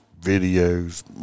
videos